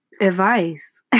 advice